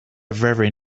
very